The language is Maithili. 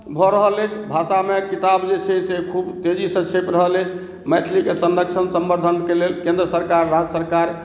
भऽ रहल अछि भाषामे किताब जे छै से खूब तेजीसँ छपि रहल अछि मैथिलीके संरक्षण संवर्धनके लेल केन्द्र सरकार राज्य सरकार